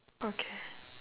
okay